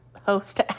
host